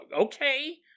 okay